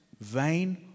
vain